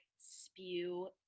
spew